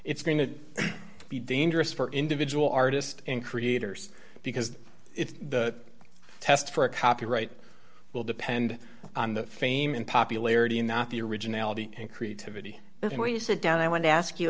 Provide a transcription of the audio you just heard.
it's going to be dangerous for individual artist and creators because if the test for a copyright will depend on the fame and popularity and not the originality and creativity but when you sit down i want to ask you